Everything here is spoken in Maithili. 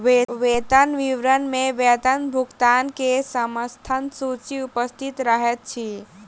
वेतन विवरण में वेतन भुगतान के समस्त सूचि उपस्थित रहैत अछि